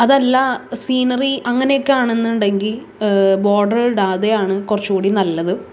അതല്ല സീനറി അങ്ങനെ ഒക്കെ ആണെന്നുണ്ടെങ്കിൽ ബോർഡർ ഇടാതെയാണ് കുറച്ചും കൂടി നല്ലത്